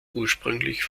ursprünglich